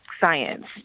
science